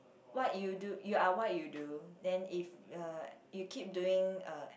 what you do you are what you do then if uh you keep doing uh